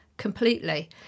Completely